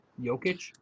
Jokic